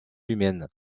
humaine